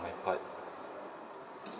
my part